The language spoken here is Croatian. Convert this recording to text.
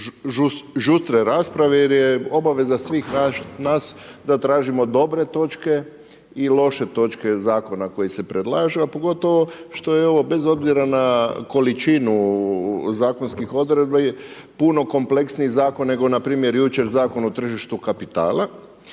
žustre rasprave, jer je obaveza svih nas da tražimo dobre točke i loše točke zakona koji se predlažu, a pogotovo što je ovo, bez obzira na količinu zakonskih odredbi, puno kompleksniji zakon, nego, npr. Zakon o tržištu kapitala.